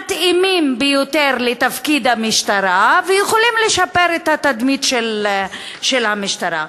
מתאימים ביותר לתפקיד המשטרה ויכולים לשפר את התדמית של המשטרה: